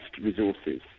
resources